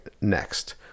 Next